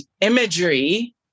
imagery